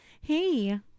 Hey